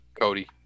Cody